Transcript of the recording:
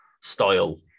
style